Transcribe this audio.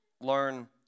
learn